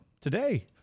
today